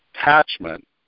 attachment